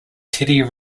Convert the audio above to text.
teddy